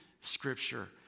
scripture